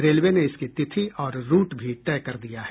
railway ने इसकी तिथि और रूट भी तय कर दिया है